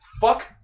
Fuck